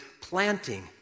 planting